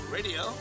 Radio